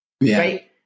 Right